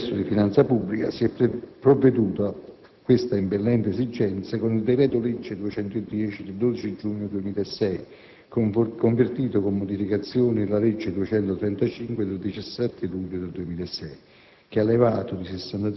In un difficile contesto di finanza pubblica, si è provveduto a questa impellente esigenza con il decreto-legge 12 giugno 2006, n. 210, convertito con modificazioni nella legge 17 luglio 2006,